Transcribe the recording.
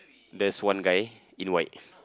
there's one guy in white